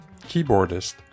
keyboardist